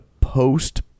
post